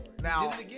now